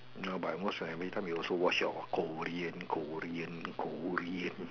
no but I watch my but every time you also watch your Korean Korean Korean